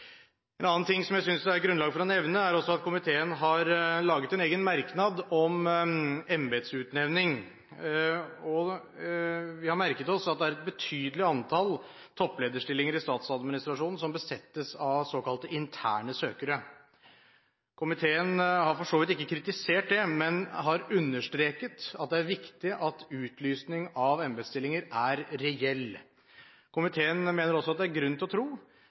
En annen ting jeg synes det er grunn til å nevne, er at komiteen har skrevet en egen merknad om embetsutnevning. Vi har merket oss at det er et betydelig antall topplederstillinger i statsadministrasjonen som besettes av såkalte interne søkere. Komiteen har for så vidt ikke kritisert det, men har understreket at det er viktig at utlysning av embetsstillinger er reell. Komiteen mener også det er grunn til å tro